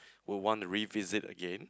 would want revisit again